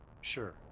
Sure